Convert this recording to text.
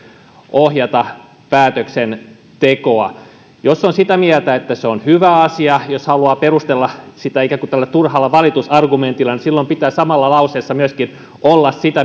ohjata päätöksentekoa jos on sitä mieltä että se on hyvä asia jos haluaa perustella sitä ikään kuin tällä turhan valituksen argumentilla niin silloin pitää samassa lauseessa myöskin olla sitä